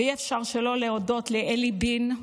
אי-אפשר שלא להודות לאלי בין,